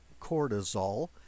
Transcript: cortisol